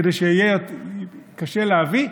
כדי שיהיה קשה להביא,